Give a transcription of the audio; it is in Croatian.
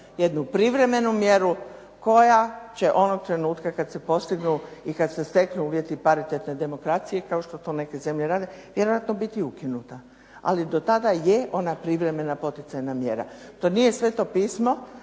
jednu privremenu mjeru koja će onog trenutka kad se postignu i kad se steknu uvjeti paritetne demokracije, kao što to neke zemlje rade, vjerojatno biti ukinuta. Ali do tada je ona privremena poticajna mjera. To nije Sveto pismo,